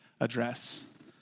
address